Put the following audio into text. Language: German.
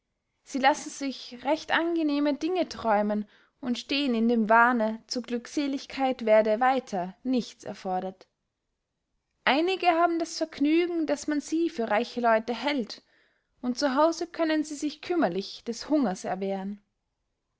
sie lassen sich recht angenehme dinge träumen und stehen in dem wahne zur glückseligkeit werde weiter nichts erfordert einige haben das vergnügen daß man sie für reiche leute hält und zu hause können sie sich kümmerlich des hungers erwehren